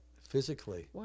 physically